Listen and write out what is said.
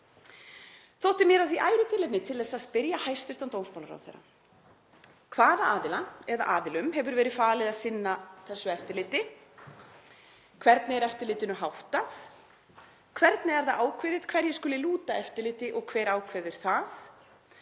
Þótti mér því ærið tilefni til að spyrja hæstv. dómsmálaráðherra: 1. Hvaða aðila eða aðilum hefur verið falið að sinna þessu eftirliti? 2. Hvernig er eftirlitinu háttað? Hvernig er það ákveðið hverjir skuli lúta eftirliti og hver ákveður það?